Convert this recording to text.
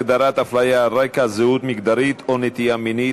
הגדרת הפליה על רקע זהות מגדרית או נטייה מינית),